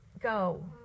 go